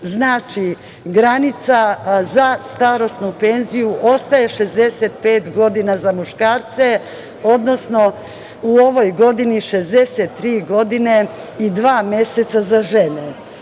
Znači, granica za starosnu penziju ostaje 65 godina za muškarce, odnosno u ovoj godini 63 godine i dva meseca za žene. Ono